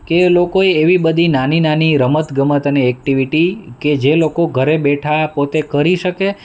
કે લોકોએ એવી બધી નાની નાની રમત ગમત અને એક્ટિવિટી કે જે લોકો ઘરે બેઠાં પોતે કરી શકે